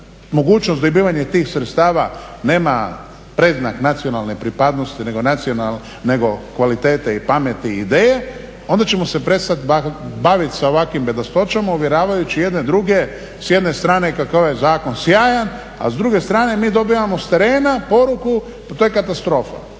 mogućnost dobivanja tih sredstava nema predznak nacionalne pripadnosti, nego kvalitete, i pameti i ideje onda ćemo se prestat baviti sa ovakvim bedastoćama uvjeravajući jedni druge s jedne strane kako je ovaj zakon sjajan, a s druge strane mi dobivamo s terena poruku, to je katastrofa.